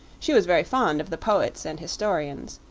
she was very fond of the poets and historians,